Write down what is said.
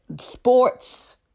sports